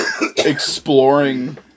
exploring